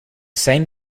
same